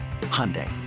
Hyundai